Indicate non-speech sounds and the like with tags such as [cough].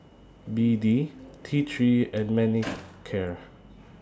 B D T three and Manicare [noise]